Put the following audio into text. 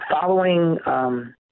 Following